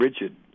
rigid